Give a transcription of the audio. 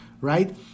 right